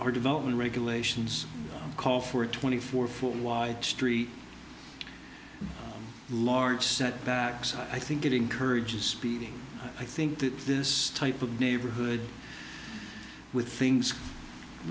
are development regulations call for a twenty four foot wide street large setback so i think it encourages speeding i think that this type of neighborhood with things